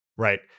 Right